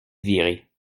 viré